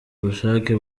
ubushake